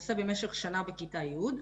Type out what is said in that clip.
עושה במשך שנה בכיתה י',